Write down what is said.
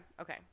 Okay